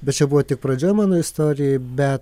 bet čia buvo tik pradžia mano istorijai bet